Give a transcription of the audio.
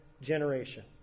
generation